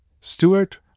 Stewart